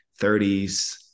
30s